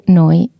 noi